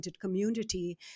community